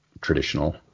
traditional